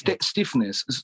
stiffness